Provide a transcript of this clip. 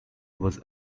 was